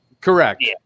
Correct